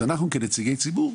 אז אנחנו כנציגי ציבור,